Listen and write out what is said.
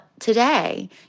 today